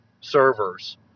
servers